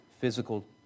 physical